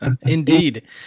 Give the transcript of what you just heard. Indeed